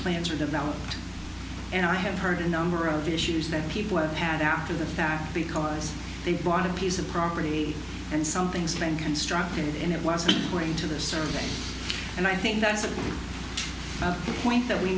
plans are developed and i have heard a number of issues that people have had after the fact because they've bought a piece of property and something's been constructed and it wasn't going to the store and i think that's the point that we